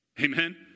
Amen